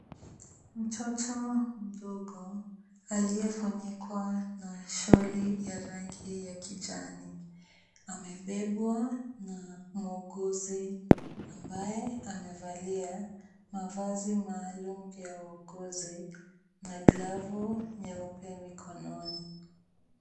Mtoto mdogo aliyefunikwa na sholi ya rangi ya kijani. Amebebwa na muuguzi ambaye amevalia mavazi maalum ya wauguzi na glavu nyeupe mikononi.